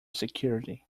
security